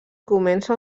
comença